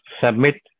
submit